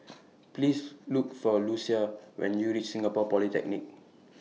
Please Look For Lucia when YOU REACH Singapore Polytechnic